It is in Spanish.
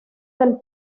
del